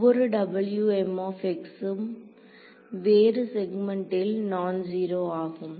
ஒவ்வொரு ம் வேறு செக்மென்ட்டில் நான் ஜீரோ ஆகும்